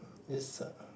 is uh